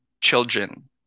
children